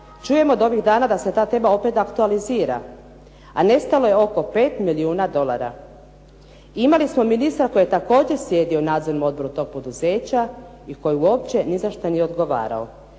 Čujemo ovih dana da se ta tema opet aktualizira a nestalo je oko 5 milijuna dolara. Imali smo ministra koji je također sjedio u nadzornom odboru tog poduzeća i koji uopće ni za što nije odgovarao.